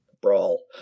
Brawl